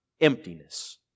emptiness